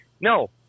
No